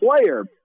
player